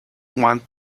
want